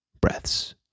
breaths